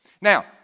Now